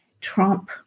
Trump